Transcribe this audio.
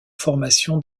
formation